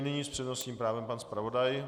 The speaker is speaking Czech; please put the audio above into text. Nyní s přednostním právem pan zpravodaj.